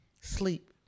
Sleep